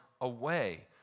away